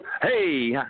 Hey